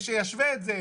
שישווה את זה,